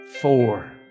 four